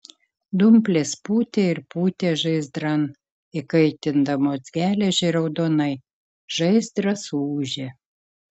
dumplės pūtė ir pūtė žaizdran įkaitindamos geležį raudonai žaizdras ūžė